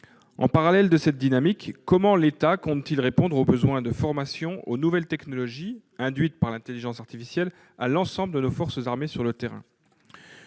En parallèle de cette dynamique, comment l'État compte-t-il répondre aux besoins de formation aux nouvelles technologies, induits par l'intelligence artificielle, de l'ensemble de nos forces armées sur le terrain ?